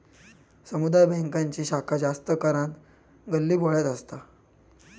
समुदाय बॅन्कांची शाखा जास्त करान गल्लीबोळ्यात असता